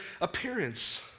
appearance